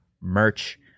merch